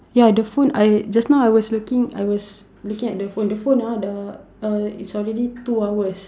ya the phone I just now I was looking I was looking at the phone the phone ah the uh is already two hours